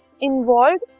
involved